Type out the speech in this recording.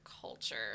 culture